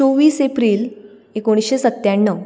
चोवीस एप्रील एकुणशे सत्याणव